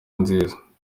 nziza